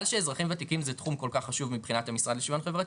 שאזרחים וותיקים זה תחום כל כך חשוב מבחינת המשרד לשוויון חברתי,